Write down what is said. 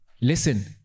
Listen